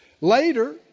later